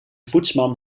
poetsman